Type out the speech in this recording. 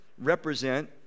represent